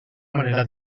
manera